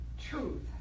Truth